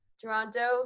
Toronto